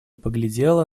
поглядела